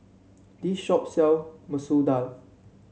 this shop sell Masoor Dal